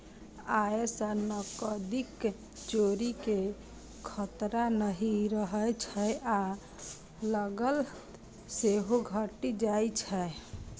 अय सं नकदीक चोरी के खतरा नहि रहै छै आ लागत सेहो घटि जाइ छै